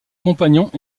compagnons